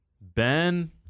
Ben